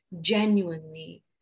genuinely